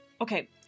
okay